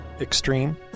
Extreme